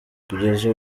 kugeza